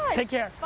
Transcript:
take care. bye!